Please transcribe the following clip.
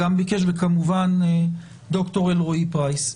שגם ביקש, וכמובן ד"ר אלרעי פרייס.